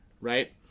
right